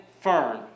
firm